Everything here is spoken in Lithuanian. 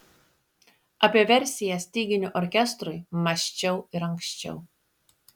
apie versiją styginių orkestrui mąsčiau ir anksčiau